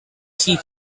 she